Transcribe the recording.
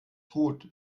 gut